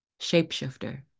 Shapeshifter